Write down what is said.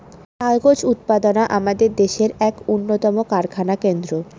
কাগজ উৎপাদনা আমাদের দেশের এক উন্নতম কারখানা কেন্দ্র